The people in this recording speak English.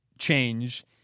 change